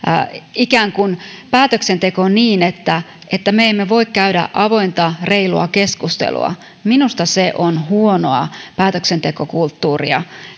ikään kuin niin että että me emme voi käydä avointa reilua keskustelua niin minusta se on huonoa päätöksentekokulttuuria